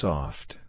Soft